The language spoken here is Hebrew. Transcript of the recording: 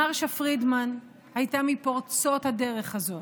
מרשה פרידמן הייתה מפורצות הדרך הזאת,